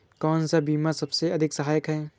कौन सा बीमा सबसे अधिक सहायक है?